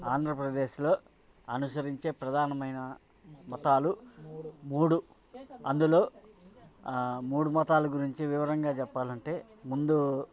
ఆంధ్రప్రదేశ్లో అనుసరించే ప్రధానమైన మతాలు మూడు అందులో మూడు మతాల గురించి వివరంగా చెప్పాలంటే ముందు